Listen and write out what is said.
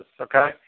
okay